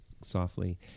softly